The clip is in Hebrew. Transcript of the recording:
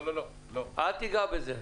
אל תיגע בזה.